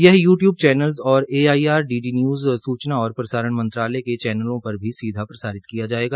यह YouTube channel और AIR DD डी न्यूज़ सूचना और प्रसारण मंत्रालय के चैननों पर भी सीधा प्रसारित किया जायेगा